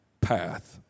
path